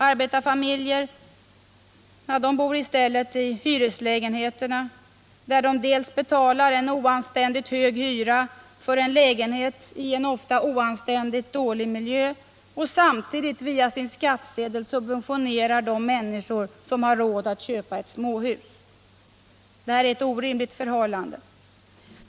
Arbetarfamiljerna bor i stället i hyreslägenheter, där de betalar en oanständigt hög hyra för en lägenhet i en ofta oanständigt dålig miljö och samtidigt via sin skattsedel subventionerar människor som har råd att köpa småhus. Detta är ett orimligt förhållande.